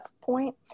point